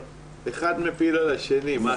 אחד מפיל על השני.